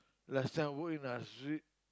last time work in